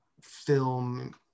film